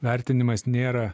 vertinimas nėra